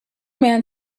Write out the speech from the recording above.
man